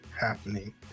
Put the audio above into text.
happening